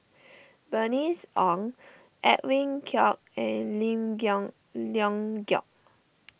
Bernice Ong Edwin Koek and Lim Leong Geok